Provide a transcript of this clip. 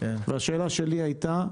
השאלה שלי היתה,